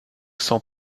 cent